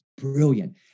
brilliant